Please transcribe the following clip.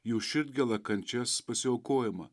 jų širdgėlą kančias pasiaukojimą